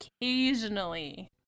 occasionally